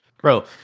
Bro